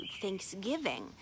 thanksgiving